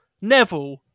Neville